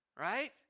right